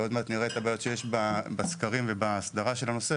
עוד מעט נראה את הבעיות שיש בסקרים ובהסדרה של הנושא,